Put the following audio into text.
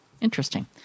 Interesting